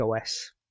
os